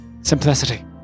simplicity